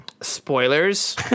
spoilers